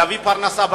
להביא פרנסה הביתה.